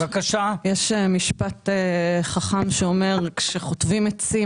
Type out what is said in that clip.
יש משפט חכם שאומר שכאשר חוטבים עצים,